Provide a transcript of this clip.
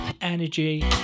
energy